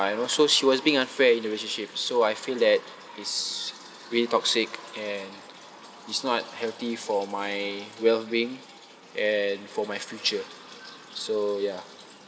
and also she was being unfair in the relationship so I feel that is really toxic and is not healthy for my well being and for my future so ya